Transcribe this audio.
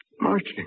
Marching